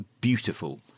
beautiful